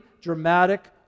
dramatic